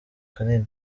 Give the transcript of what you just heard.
kanini